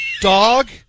Dog